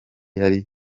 yari